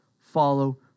follow